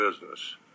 business